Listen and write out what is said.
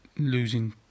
Losing